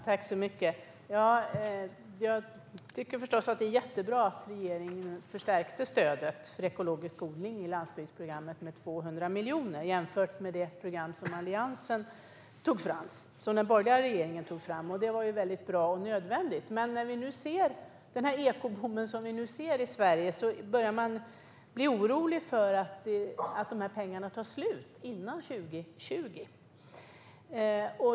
Herr talman! Jag tycker förstås att det är jättebra att regeringen förstärkte stödet för ekologisk odling i landsbygdsprogrammet med 200 miljoner jämfört med det program som den borgerliga regeringen tog fram. Det var mycket bra och nödvändigt. Men med tanke på den ekoboom som vi nu ser i Sverige börjar man bli orolig för att dessa pengar tar slut före 2020.